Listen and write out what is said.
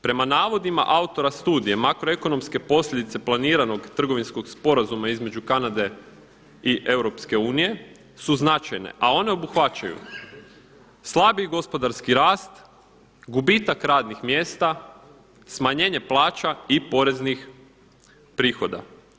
Prema navodima autora studije Makroekonomske posljedice planiranog trgovinskog sporazuma između Kanade i EU su značajne, a one obuhvaćaju slabiji gospodarski rast, gubitak radnih mjesta, smanjenje plaća i poreznih prihoda.